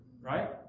right